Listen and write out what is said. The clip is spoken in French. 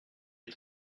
est